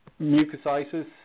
mucositis